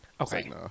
okay